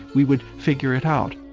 we would figure it out.